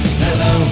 hello